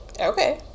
okay